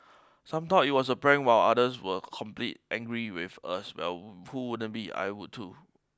some thought it was a prank while others were complete angry with us well who wouldn't be I would too